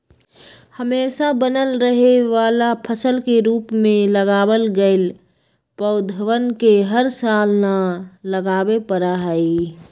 हमेशा बनल रहे वाला फसल के रूप में लगावल गैल पौधवन के हर साल न लगावे पड़ा हई